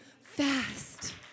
fast